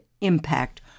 impact